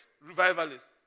revivalists